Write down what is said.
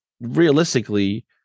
realistically